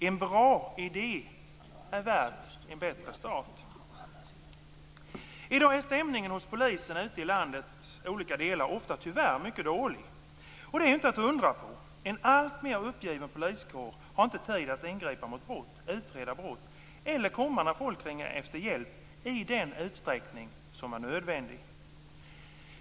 En bra idé är värd en bättre start. I dag är stämningen hos polisen ute i landets olika delar tyvärr ofta mycket dålig. Detta är inte att undra på. En alltmer uppgiven poliskår har inte tid att vare sig ingripa mot brott, utreda brott eller komma när folk ringer efter hjälp i den utsträckning som är nödvändig.